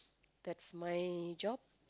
that's my job